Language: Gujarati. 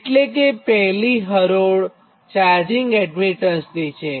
એટલે કે આ પહેલી હરોળ ચાર્જિંગ એડમીટન્સની છે